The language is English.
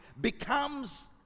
becomes